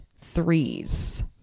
threes